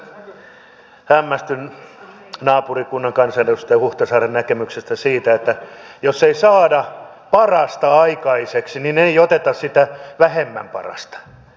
pikkuisen kyllä nyt hämmästyn naapurikunnan kansanedustajan huhtasaaren näkemyksestä siitä että jos ei saada parasta aikaiseksi niin ei oteta sitä vähemmän parasta